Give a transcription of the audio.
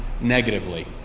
negatively